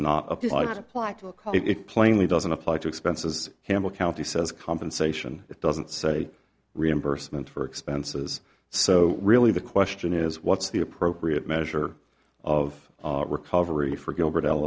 to apply it plainly doesn't apply to expenses campbell county says compensation it doesn't say reimbursement for expenses so really the question is what's the appropriate measure of recovery for gilbert l